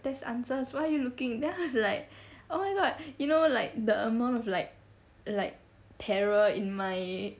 there's answers why you looking then I was like oh my god you know like the amount of like like terror in my